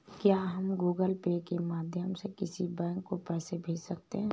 क्या हम Google Pay के माध्यम से किसी बैंक को पैसे भेज सकते हैं?